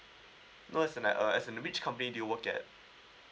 no it's in at uh as in which company do you work at